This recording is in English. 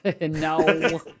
No